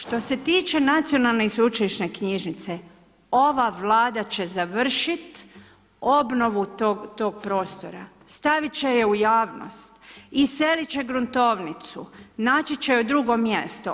Što se tiče Nacionalne i sveučilišne knjižnice, ova Vlada će završiti obnovu tog prostora, staviti će je u javnost, iseliti će gruntovnicu, naći će joj drugo mjesto.